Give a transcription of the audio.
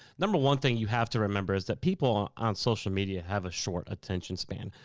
number one thing you have to remember is that people on social media have a short attention span.